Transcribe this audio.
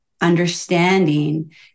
understanding